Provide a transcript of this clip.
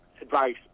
advice